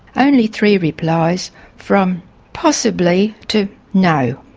only three replies from possibly to no.